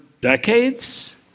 decades